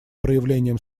проявлением